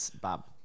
Bob